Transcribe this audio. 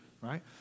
Right